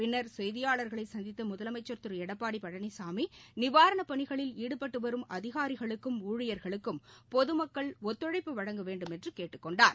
பின்னா் செய்தியாளா்களைசந்தித்தமுதலமைச்சா் திருளடப்பாடிபழனிசாமி நிவாரணாப் பணிகளில் ஈடுபட்டுவரும் அதிகாரிகளுக்கும் ஊழியர்களுக்கும் பொதுமக்கள் ஒத்துழைப்பு வழங்க வேண்டும் என்றுகேட்டுக்கொண்டார்